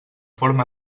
forma